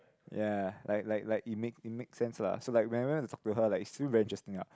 ya like like like it make it make sense lah so like whenever I go talk to her it's still very interesting ah